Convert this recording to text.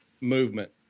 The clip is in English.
movement